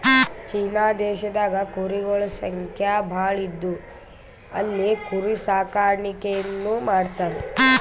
China ದೇಶದಾಗ್ ಕುರಿಗೊಳ್ ಸಂಖ್ಯಾ ಭಾಳ್ ಇದ್ದು ಅಲ್ಲಿ ಕುರಿ ಸಾಕಾಣಿಕೆನೂ ಮಾಡ್ತರ್